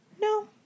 no